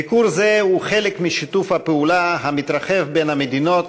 ביקור זה הוא חלק משיתוף הפעולה המתרחב בין המדינות